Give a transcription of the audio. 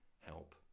help